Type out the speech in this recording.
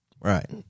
Right